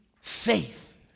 safe